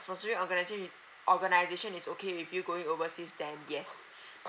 sponsoring organisa~ organization is okay with you going overseas then yes